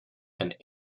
and